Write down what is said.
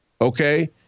Okay